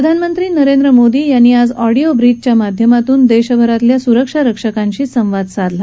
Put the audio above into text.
प्रधानमंत्री नरेंद्र मोदी यांनी आज ऑडियो ब्रिजच्या माध्यमातून देशभरातील सुरक्षा रक्षकांशी संवाद साधला